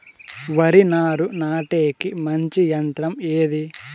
వరి నారు నాటేకి మంచి యంత్రం ఏది?